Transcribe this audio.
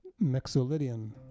Mixolydian